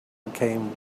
became